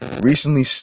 recently